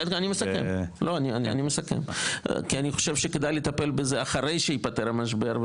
אני חושב שכדאי לטפל בזה אחרי שייפתר המשבר,